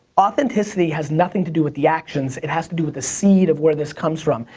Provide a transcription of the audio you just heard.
authenticity has nothing to do with the actions. it has to do with the seed of where this comes from.